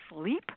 sleep